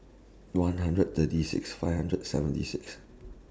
one hundred thirty six five hundred seventy six